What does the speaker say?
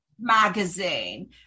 Magazine